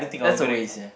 that's a waste yeah